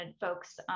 folks